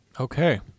Okay